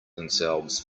themselves